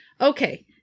Okay